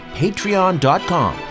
patreon.com